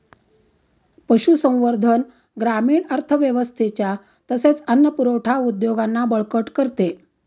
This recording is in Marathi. पशुसंवर्धन ग्रामीण अर्थव्यवस्थेच्या तसेच अन्न पुरवठा उद्योगांना बळकट करते